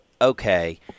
Okay